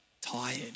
tired